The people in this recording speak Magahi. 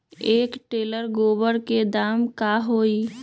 एक टेलर गोबर के दाम का होई?